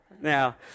Now